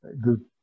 good